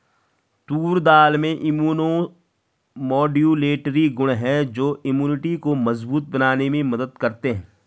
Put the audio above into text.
तूर दाल में immunomodulatory गुण हैं जो इम्यूनिटी को मजबूत बनाने में मदद करते है